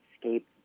escape